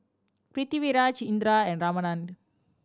Pritiviraj Indira and Ramanand